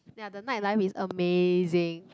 ya the night life is amazing